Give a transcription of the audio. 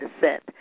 descent